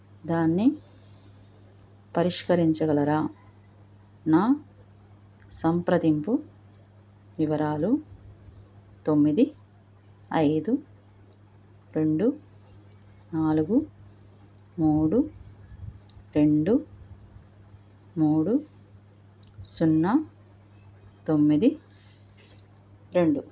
దాన్ని పరిష్కరించగలరా నా సంప్రదింపు వివరాలు తొమ్మిది ఐదు రెండు నాలగు మూడు రెండు మూడు సున్నా తొమ్మిది రెండు